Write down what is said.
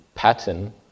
Pattern